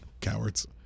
Cowards